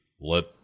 Let